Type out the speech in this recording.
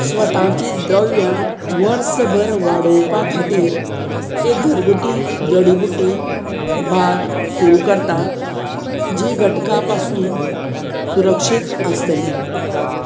स्वताची द्रव्यां वर्सभर वाडोवपा खातीर एक घरगुती जडीबुट्टी बाग सुरू करता जी घटका पासून सुरक्षीत आसतली